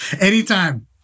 Anytime